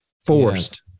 Forced